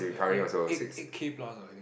like like eight eight K plus lah I think